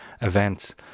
events